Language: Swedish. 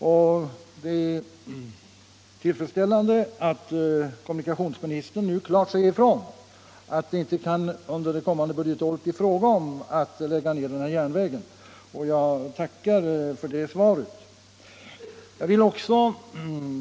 Det är tillfredsställande att kommunikationsministern nu klart säger ifrån att det under det kommande budgetåret inte kan bli fråga om att lägga ned denna järnväg. Jag tackar för det beskedet.